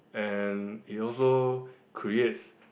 and he also creates